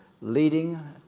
leading